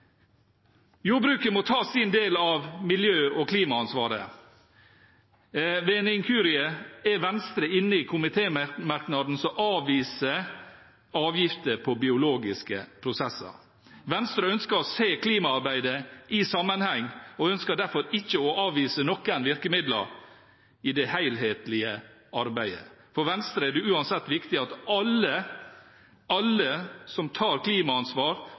Jordbruket må ta sin del av miljø- og klimaansvaret. Ved en inkurie er Venstre inne i komitémerknaden som avviser avgifter på biologiske prosesser. Venstre ønsker å se klimaarbeidet i sammenheng og ønsker derfor ikke å avvise noen virkemidler i det helhetlige arbeidet. For Venstre er det uansett viktig at alle som tar klimaansvar,